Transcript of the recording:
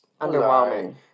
Underwhelming